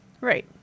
Right